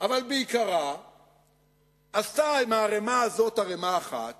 אבל בעיקרה עשתה מהערימה הזאת ערימה אחת